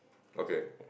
okay